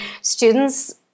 students